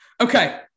okay